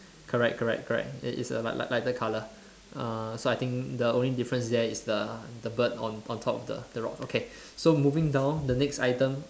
correct correct correct it's it's a light~ light~ lighter colour uh so I think the only difference there is the the bird on on top of the the rock okay so moving down the next item